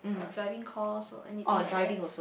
driving course or anything like that